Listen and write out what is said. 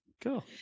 cool